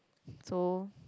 so